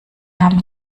haben